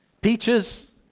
peaches